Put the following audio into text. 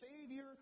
savior